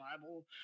Bible